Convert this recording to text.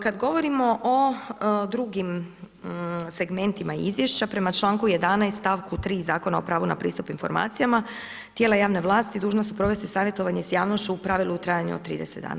Kad govorimo o drugim segmentima izvješća, prema članku 11. stavku 3. Zakona o pravu na pristup informacijama, tijela javne vlasti dužne su provesti savjetovanje sa javnošću u pravilu u trajanju od 30 dana.